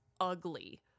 ugly